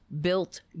built